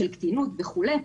של קטינים וכולי,